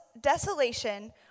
desolation